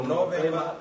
November